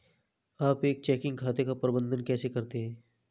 आप एक चेकिंग खाते का प्रबंधन कैसे करते हैं?